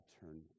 turn